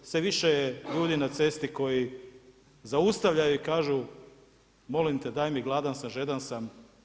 Sve više je ljudi na cesti koji zaustavljaju i kažu, molim daj mi, gladan sam, žedan sam.